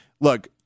look